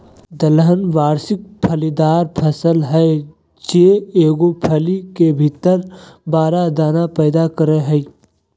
दलहन वार्षिक फलीदार फसल हइ जे एगो फली के भीतर बारह दाना पैदा करेय हइ